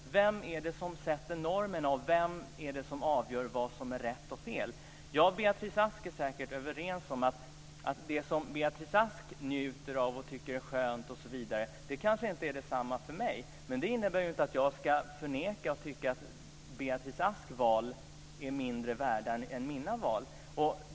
Vem är det som sätter normerna? Vem är det som avgör vad som är rätt och fel? Jag och Beatrice Ask är säkert överens om att det som Beatrice njuter av och tycker är skönt kanske inte är detsamma för mig. Men det innebär ju inte att jag ska förneka Beatrice Asks val och tycka att de är mindre värda än mina val.